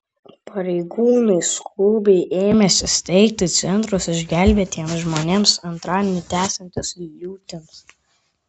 pareigūnai skubiai ėmėsi steigti centrus išgelbėtiems žmonėms antradienį tęsiantis liūtims